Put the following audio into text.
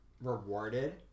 rewarded